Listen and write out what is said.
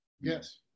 yes